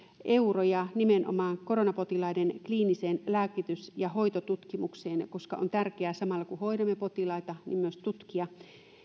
euroja nimenomaan koronapotilaiden kliiniseen lääkitys ja hoitotutkimukseen koska on tärkeää samalla kun hoidamme potilaita myös tutkia